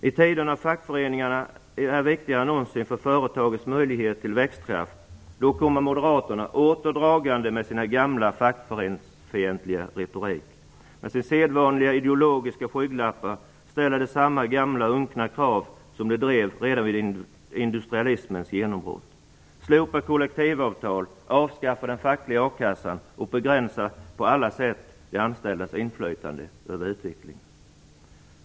I tider när fackföreningarna är viktigare än någonsin för företagens möjlighet till växtkraft kommer moderaterna åter dragande med sin gamla fackföreningsfientliga retorik. Med sina sedvanliga ideologiska skygglappar ställer de samma gamla unkna krav som de drev redan vid industrialismens genombrott: Slopa kollektivavtal, avskaffa den fackliga a-kassan och begränsa på alla sätt de anställdas inflytande över utvecklingen!